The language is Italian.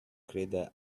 crede